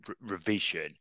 revision